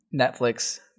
Netflix